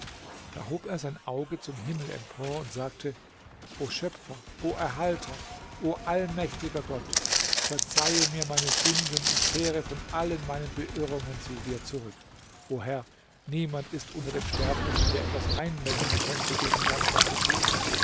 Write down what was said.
da hob er sein auge zum himmel empor und sagte o schöpfer o erhalter o allmächtiger gott verzeihe mir meine sünden ich kehre von allen meinen beirrungen zu dir zurück o herr niemand ist unter den sterblichen der etwas einwenden könnte gegen das was du tust